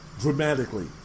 dramatically